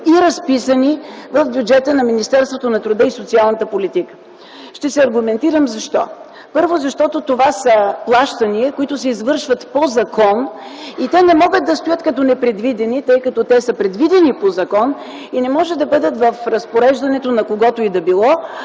и разписани в бюджета на Министерството на труда и социалната политика. Ще се аргументирам защо. Първо, това са плащания, които се извършват по закон. Те не могат да стоят като „непредвидени”, тъй като са предвидени по закон. Те не могат да бъдат в разпореждането на когото и да било,